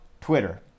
Twitter